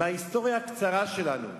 מההיסטוריה הקצרה שלנו,